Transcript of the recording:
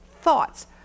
thoughts